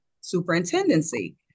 superintendency